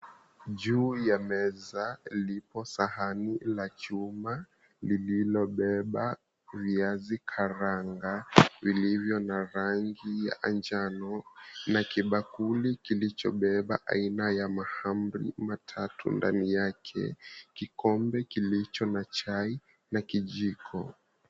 Juu ya meza lipo sahani la chuma lililobeba viazi karanga vilivyo na rangi ya manjano, na kibakuli kilichobeba aina ya mahamri matatu ndani yake, kikombe kilicho na chai na kijiko.